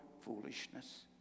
foolishness